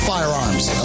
Firearms